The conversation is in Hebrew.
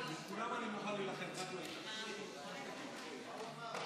נגיף הקורונה החדש),